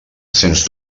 sens